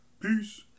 Peace